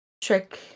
Trick